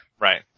Right